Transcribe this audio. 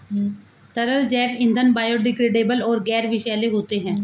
तरल जैव ईंधन बायोडिग्रेडेबल और गैर विषैले होते हैं